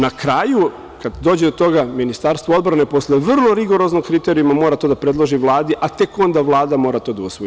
Na kraju, kada dođe do toga, Ministarstvo odbrane posle vrlo rigoroznog kriterijuma mora to da predloži Vladi, a tek onda Vlada mora to da usvoji.